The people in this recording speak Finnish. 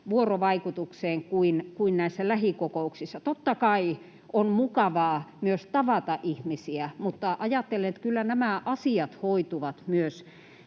vuorovaikutukseen kuin näissä lähikokouksissa. Totta kai on mukavaa myös tavata ihmisiä, mutta ajattelen, että kyllä nämä asiat hoituvat myös